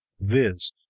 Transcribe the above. Viz